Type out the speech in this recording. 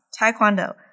taekwondo